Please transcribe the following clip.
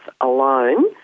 alone